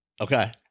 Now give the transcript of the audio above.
Okay